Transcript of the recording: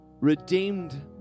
redeemed